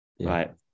right